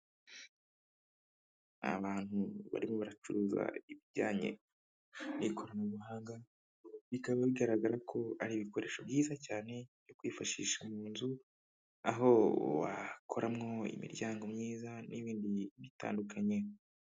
Abantu barimo baracuruza ibijyanye n'ikoranabuhanga bikaba bigaragara ko ari ibikoresho byiza cyane byo kwifashisha mu nzu, aho wakoramwo imiryango myiza n'ibindi bitandukanye.